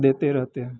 देते रहते हैं